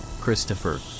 Christopher